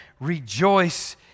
rejoice